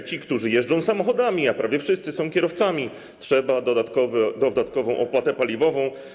Tych, którzy jeżdżą samochodami, a prawie wszyscy są kierowcami - trzeba dodatkową opłatą paliwową.